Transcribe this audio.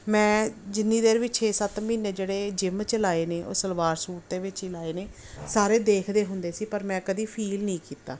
ਮੈਂ ਜਿੰਨੀ ਦੇਰ ਵੀ ਛੇ ਸੱਤ ਮਹੀਨੇ ਜਿਹੜੇ ਜਿੰਮ 'ਚ ਲਾਏ ਨੇ ਉਹ ਸਲਵਾਰ ਸੂਟ ਦੇ ਵਿੱਚ ਹੀ ਲਾਏ ਨੇ ਸਾਰੇ ਦੇਖਦੇ ਹੁੰਦੇ ਸੀ ਪਰ ਮੈਂ ਕਦੇ ਫੀਲ ਨਹੀਂ ਕੀਤਾ